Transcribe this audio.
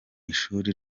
ishuri